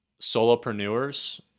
solopreneurs